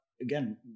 again